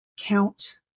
count